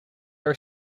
are